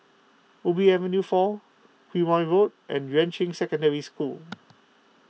Ubi Avenue four Quemoy Road and Yuan Ching Secondary School